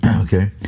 okay